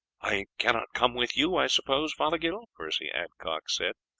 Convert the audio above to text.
i cannot come with you, i suppose, fothergill? percy adcock said,